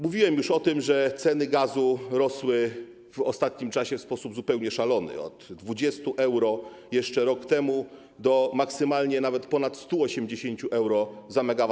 Mówiłem już o tym, że ceny gazu rosły w ostatnim czasie w sposób zupełnie szalony: z 20 euro jeszcze rok temu do maksymalnie nawet ponad 180 euro za MWh.